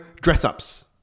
dress-ups